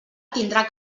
tindrà